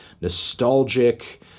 nostalgic